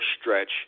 stretch